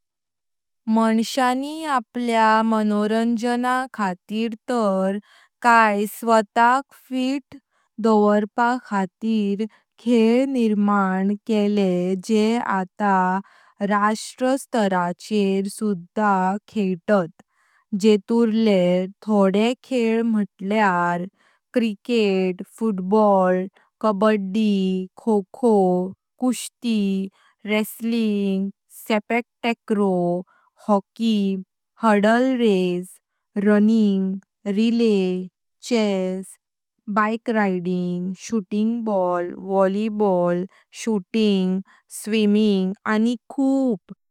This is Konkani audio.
मांशांनी आपल्या मनोरंजन खातीर तर काय स्वता:क फिट फवोरपाक खातीर खेल निर्माण केले जे आता राष्ट्र स्तरा चेयर सुधा खेइतात। जेतुरले थोड़े खेल मुतल्यार क्रिकेट, फुटबॉल, कब्बड़ी, खो खो, कुश्ती, wrestling. Sepak takraw, hockey, hurdle race, running, relay, chess, bike riding, shooting ball, volleyball, shooting, swimming, आनी खूप।